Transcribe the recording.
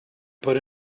put